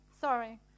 sorry